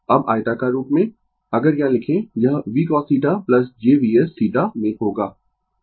अब आयताकार रूप में अगर यह लिखें यह v cosθ j Vs in θ में होगा